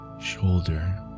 shoulder